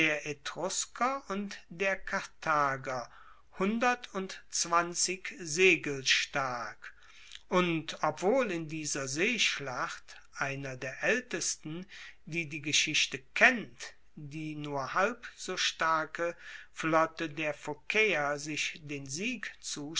und der karthager hundertundzwanzig segel stark und obwohl in dieser seeschlacht einer der aeltesten die die geschichte kennt die nur halb so starke flotte der phokaeer sich den sieg